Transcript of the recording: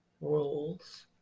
rules